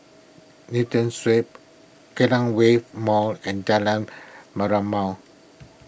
Newton Suites Kallang Wave Mall and Jalan Merlimau